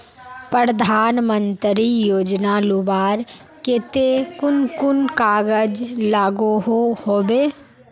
प्रधानमंत्री योजना लुबार केते कुन कुन कागज लागोहो होबे?